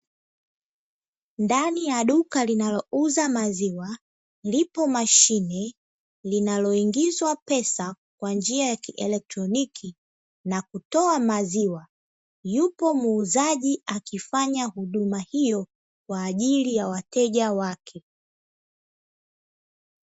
Ndani ya duka linalouza maziwa, lipo mashine linaloingizwa pesa kwa njia ya "kielektroniki", na kutoa maziwa yupo muuzaji akifanya huduma hiyo kwa ajili ya wateja wake.